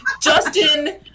Justin